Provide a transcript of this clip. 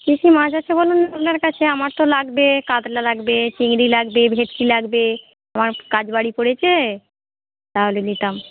কি কি মাছ আছে বলুন আপনার কাছে আমার তো লাগবে কাতলা লাগবে চিংড়ি লাগবে ভেটকি লাগবে আমার কাজ বাড়ি পড়েছে তাহলে নিতাম